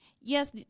Yes